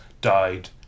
died